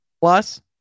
Plus